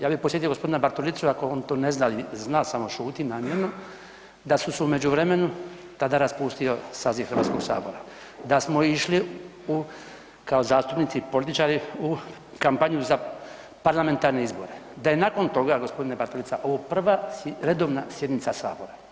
Ja bih podsjetio gospodina Bartulicu ako on to ne zna ili zna samo šuti namjerno da su se u međuvremenu tada raspustio saziv Hrvatskog sabora, da smo išli u kao zastupnici, političari u kampanju za parlamentarne izbore, da je nakon toga gospodine Bartulica ovo prva redovna sjednica sabora.